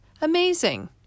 amazing